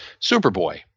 Superboy